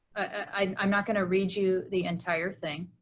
i'm not gonna read you the entire thing.